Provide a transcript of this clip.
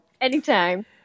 Anytime